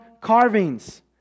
carvings